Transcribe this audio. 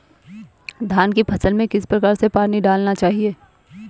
धान की फसल में किस प्रकार से पानी डालना चाहिए?